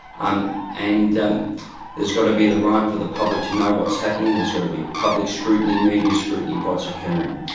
um and um there's got to be the right for the public to know what's happening, there's got to be public scrutiny, media scrutiny of what's occurring.